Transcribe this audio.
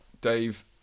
Dave